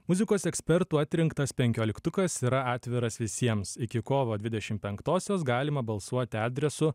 muzikos ekspertų atrinktas penkioliktukas yra atviras visiems iki kovo dvidešimt penktosios galima balsuoti adresu